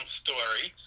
story